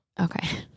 Okay